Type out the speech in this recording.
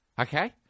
Okay